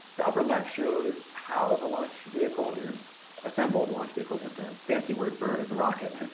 the upper left shows how the launch vehicle is assembled the launch vehicle is just a fancy word for the rocket,